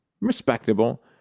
respectable